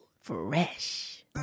Fresh